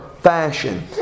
fashion